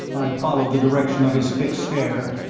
i followed the direction of his fixed stare,